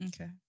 Okay